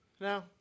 No